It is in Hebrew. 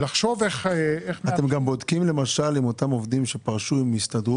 לחשוב איך --- אתם גם בודקים למשל אם אותם עובדים שפרשו הסתדרו